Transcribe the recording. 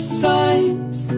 signs